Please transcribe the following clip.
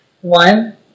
One